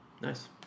Nice